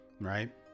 right